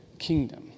Kingdom